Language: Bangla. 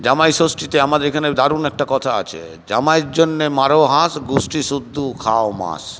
জামাইষষ্ঠীতে আমাদের এখানে দারুন একটা কথা আছে জামাইয়ের জন্যে মারো হাঁস গুষ্টি শুদ্ধ খাও মাস